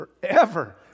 forever